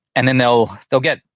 and then they'll they'll get,